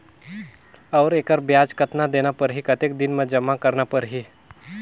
और एकर ब्याज कतना देना परही कतेक दिन मे जमा करना परही??